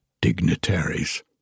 dignitaries